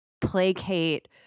placate